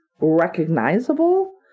recognizable